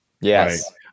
Yes